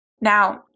Now